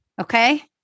Okay